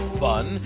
fun